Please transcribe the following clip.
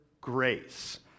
grace